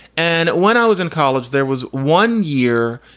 and when i was in college, there was one year.